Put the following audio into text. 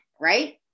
right